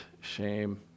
shame